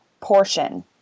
portion